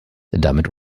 damit